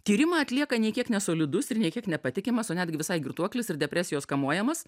tyrimą atlieka nei kiek nesolidus ir nei kiek nepatikimas o netgi visai girtuoklis ir depresijos kamuojamas